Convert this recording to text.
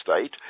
state